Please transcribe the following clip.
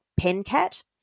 PenCat